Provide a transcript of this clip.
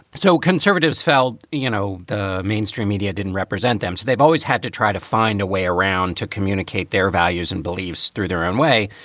so conservatives felt, you know, the mainstream media didn't represent them. so they've always had to try to find a way around to communicate their values and beliefs through their own way.